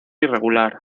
irregular